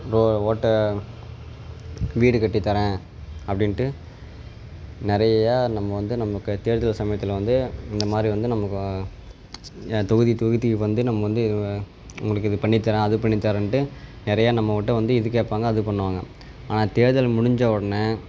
தோ ஓட்ட வீடு கட்டித்தரறேன் அப்படின்ட்டு நிறையா நம்ம வந்து நமக்கு தேர்தல் சமயத்தில் வந்து இந்த மாதிரி வந்து நமக்கு ஏன் தொகுதி தொகுதிக்கு வந்து நம்ம வந்து உங்களுக்கு இது பண்ணித் தர்றேன் அது பண்ணித் தர்றேன்ட்டு நிறையா நம்மக்கிட்ட வந்து இது கேட்பாங்க அது பண்ணுவாங்கள் ஆனால் தேர்தல் முடிஞ்ச உடனே